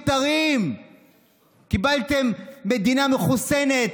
קיבלתם מדינה מחוסנת,